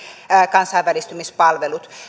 kansainvälistymispalvelut